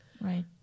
right